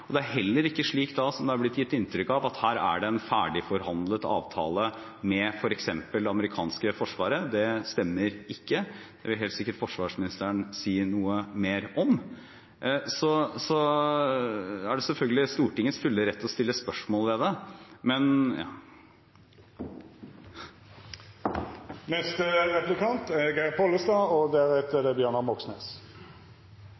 Og det er heller ikke slik, som det har blitt gitt inntrykk av, at det er en ferdigforhandlet avtale med f.eks. det amerikanske forsvaret. Det stemmer ikke. Det vil helt sikkert forsvarsministeren si noe mer om. Så er Stortinget selvfølgelig i sin fulle rett til å stille spørsmål ved dette. Då saka vart behandla i Stortinget 4. juni 2018, var det